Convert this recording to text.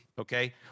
okay